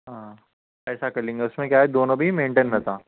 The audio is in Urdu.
ہاں ایسا کر لیں گے اس میں کیا ہے دونوں بھی مینٹین رہتا